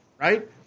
right